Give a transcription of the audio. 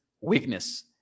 weakness